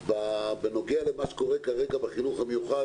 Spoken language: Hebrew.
בנוגע למה שקורה כרגע בחינוך המיוחד,